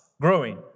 growing